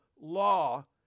law